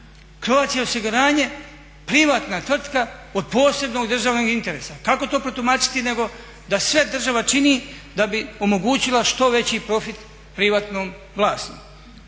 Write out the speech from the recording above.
Croatia osiguranje privatna tvrtka od posebnog državnog interesa. Kako to protumačiti nego da sve država čini da bi omogućila što veći profit privatnom vlasniku.